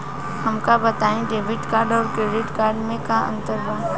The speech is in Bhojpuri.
हमका बताई डेबिट कार्ड और क्रेडिट कार्ड में का अंतर बा?